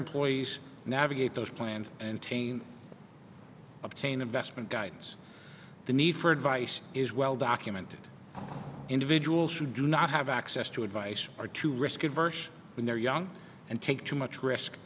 employees navigate those plans and tane obtain investment guides the need for advice is well documented individuals should do not have access to advice or to risk aversion when they're young and take too much risk